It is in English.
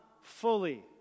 fully